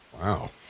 Wow